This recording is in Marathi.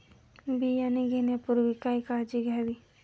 बियाणे घेण्यापूर्वी काय काळजी घ्यावी?